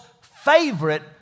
favorite